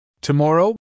Tomorrow